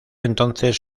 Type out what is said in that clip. entonces